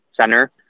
center